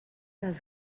les